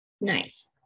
nice